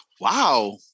Wow